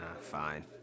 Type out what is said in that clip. fine